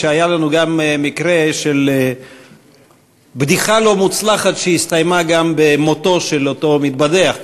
שהיה לנו גם מקרה של בדיחה לא מוצלחת שהסתיימה במותו של אותו מתבדח,